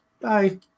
Bye